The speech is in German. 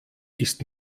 ist